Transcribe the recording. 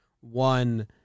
one